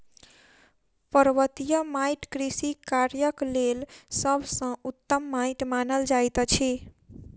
पर्वतीय माइट कृषि कार्यक लेल सभ सॅ उत्तम माइट मानल जाइत अछि